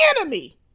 enemy